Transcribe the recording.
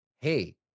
hey